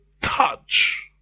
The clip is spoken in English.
touch